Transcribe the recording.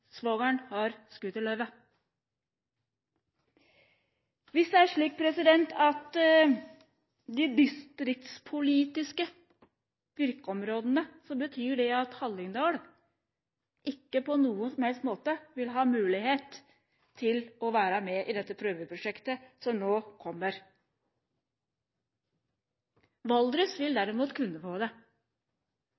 svogeren min hadde scooterløyve. Når det gjelder det distriktspolitiske virkeområdet, vil Hallingdal ikke på noen som helst måte ha mulighet til å være med i dette prøveprosjektet som nå kommer. Valdres vil